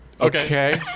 Okay